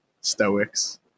stoics